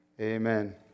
amen